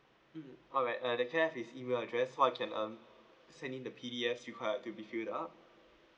mm alright uh then can I have his email address so I can um send him the P D F required to be filled up